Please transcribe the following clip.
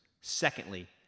Secondly